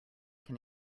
can